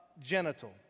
genital